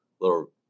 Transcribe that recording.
little